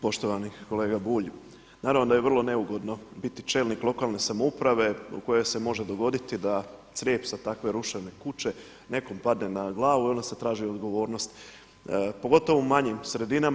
Poštovani kolega Bulj, naravno da je vrlo neugodno biti čelnik lokalne samouprave u kojoj se može dogoditi da crijep sa takve ruševne kuće nekom padne na glavu i onda se traži odgovornost, pogotovo u manjim sredinama.